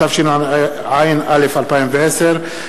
התשע"א 2010,